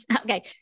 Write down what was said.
Okay